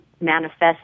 manifest